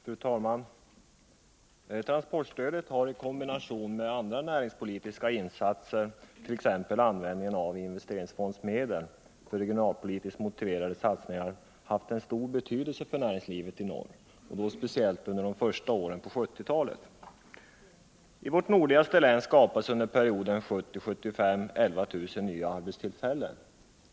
Fru talman! Transportstödet har i kombination med andra näringspolitiska insatser, t.ex. användning av investeringsfondsmedel för regionalpolitiskt motiverade satsningar, haft stor betydelse för näringslivet i norr, speciellt under de första åren av 1970-talet. I vårt nordligaste län skapades under perioden 1970-1975 11000 nya arbetstillfällen.